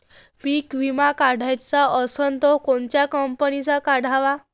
पीक विमा काढाचा असन त कोनत्या कंपनीचा काढाव?